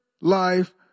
life